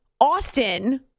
Austin